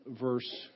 verse